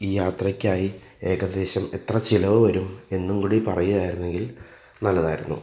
ഈ യാത്രയ്ക്കായി ഏകദേശം എത്ര ചിലവ് വരും എന്നുംകൂടി പറയുകയായിരുന്നെങ്കിൽ നല്ലതായിരുന്നു